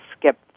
Skip